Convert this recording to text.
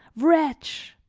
wretch!